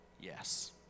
yes